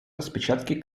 распечатки